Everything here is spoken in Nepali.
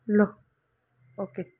लु ओके